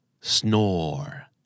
snore